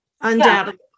Undoubtedly